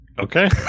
okay